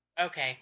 Okay